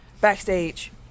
Backstage